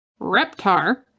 Reptar